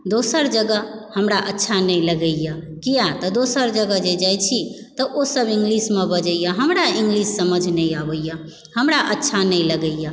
दोसर जगह हमरा अच्छा नहि लगयए किआ तऽ दोसर जगह जे जाइ छी तऽ ओसभ इंग्लिशमे बजयए हमरा इंग्लिश समझ नहि अबयए हमरा अच्छा नहि लगयए